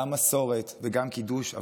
גם מסורת וגם קידוש,